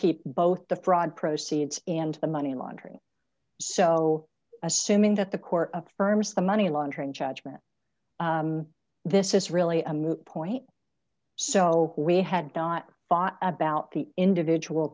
keep both the fraud proceeds and the money laundering so assuming that the court of firms the money laundering judgment this is really a moot point so we had not thought about the individual